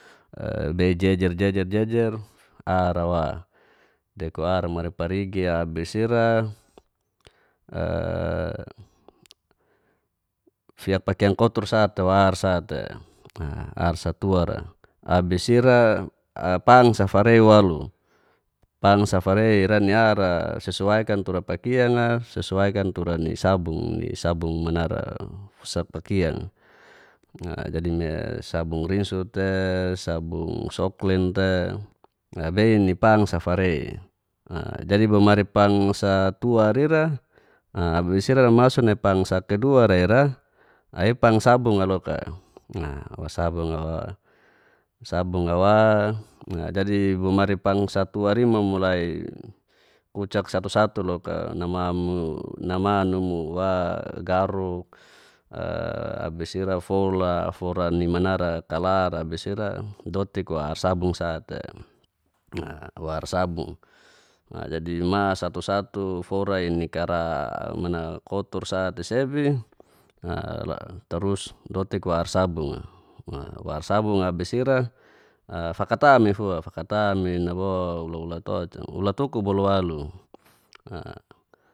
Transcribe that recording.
A bei jejer jejer jejer ar ra wa deko ar wamari parigi abis ira a siap pakiang kotor sate wa ar sa te a ar satua ra abis ira pang sa farei walu pang sa farei ra ni ar a sesuaikan tura pakiang a sesuaikan tura ni sabung ni sabung manara fusak pakiang a jadi me sabung risno te, sabung soklin te, bei ni pang a sa farei a jadi bomari pang sa tua rira a abis ira masu nai pang sa kedua ra ira i pang sabunga loka. a wasabunga wa sabung awa a jadi bomari pang satua ri mo mulai kucak satu satu loka namamu nama numu wa garuk e abis ira fora fora ni manara kalar abis ira dotik wa ar sabung sa te. a wa ar sabung jadi ma satu satu fora i ni kara mana kotor sa te sebi a tarus dotik wa ar sabung a wa ar sabung abis ira a fakatam i fua fakatam i nabo ulat ulat oca ulat tuku bolu walu a